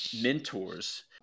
mentors